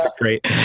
great